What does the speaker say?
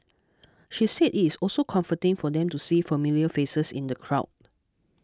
she said it is also comforting for them to see familiar faces in the crowd